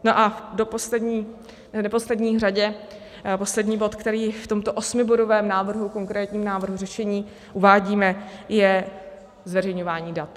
A v neposlední řadě poslední bod, který v tomto osmibodovém návrhu, konkrétním návrhu řešení uvádíme, je zveřejňování dat.